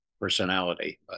personality